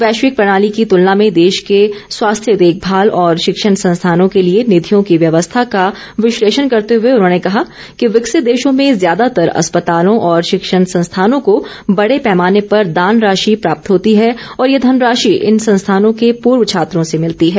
वैश्विक प्रणाली की तुलना में देश के स्वास्थ्य देखभाल और शिक्षण संस्थानों के लिए निधियों की व्यवस्था का विश्लेषण करते हुए उन्होंने कहा कि विकसित देशों में ज्यादातर अस्पतालों और शिक्षण संस्थानों को बड़े पैमाने पर दान राशि प्राप्त होती है और यह धनराशि इन संस्थानों के पूर्व छात्रों से मिलती है